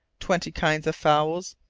twenty kinds of fowls,